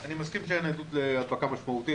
אני מסכים שאין עדות להדבקה משמעותית,